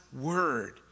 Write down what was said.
word